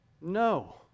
No